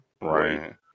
Right